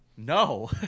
No